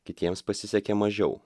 kitiems pasisekė mažiau